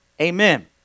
Amen